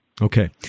Okay